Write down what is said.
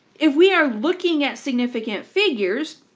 if we are looking at significant figures,